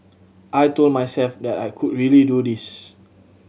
I told myself that I could really do this